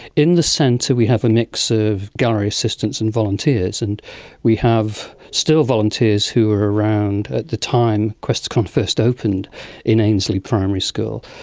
in the centre we have a mix of gallery assistants and volunteers, and we have still volunteers who were around at the time questacon first opened in ainslie primary school,